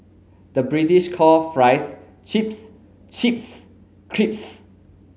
the British call fries chips chips crisps